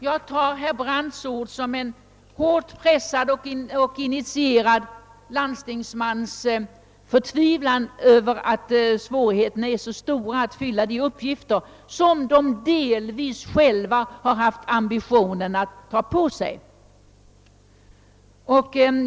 Jag uppfattar herr Brandts ord som en hårt pressad och initierad landstingsmans förtvivlan över att det möter så stora svårigheter att fylla de uppgifter som landstingen delvis själva haft ambitionen att ta på sig.